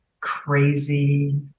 crazy